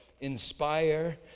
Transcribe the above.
inspire